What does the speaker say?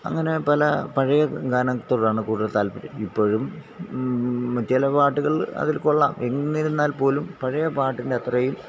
അങ്ങനെ പല പഴയ ഗാനത്തോടാണ് കൂടുതൽ താൽപര്യം ഇപ്പോഴും മിക്ക ചില പാട്ടുകൾ അതിൽ കൊള്ളാം എന്നിരുന്നാൽ പോലും പഴയ പാട്ടിൻ്റെ അത്രയും